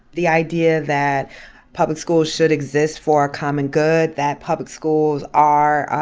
the idea that public schools should exist for common good, that public schools are,